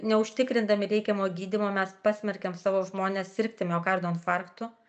neužtikrindami reikiamo gydymo mes pasmerkiam savo žmones sirgti miokardo infarktu